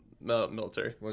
military